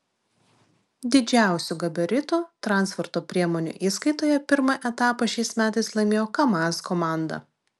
didžiausių gabaritų transporto priemonių įskaitoje pirmą etapą šiais metais laimėjo kamaz komanda